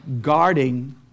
guarding